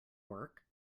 work